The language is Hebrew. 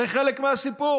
הם חלק מהסיפור.